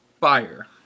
fire